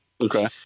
Okay